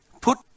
put